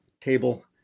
table